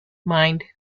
mind